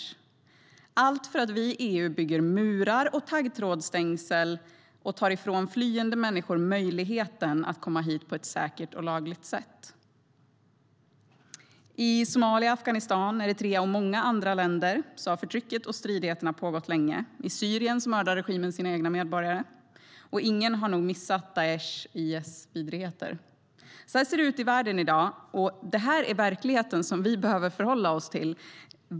Så är det för att vi i EU bygger murar och taggtrådsstängsel och tar ifrån flyende människor möjligheten att komma hit på ett säkert och lagligt sätt.I Somalia, Afghanistan, Eritrea och många andra länder har förtrycket och stridigheterna pågått länge. I Syrien mördar regimen sina egna medborgare. Och ingen har nog missat Daeshs, IS, vidrigheter. Så här ser det ut i världen i dag. Det är verkligheten som vi behöver förhålla oss till.